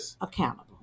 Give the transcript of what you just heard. accountable